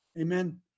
Amen